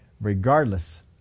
Regardless